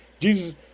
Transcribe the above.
Jesus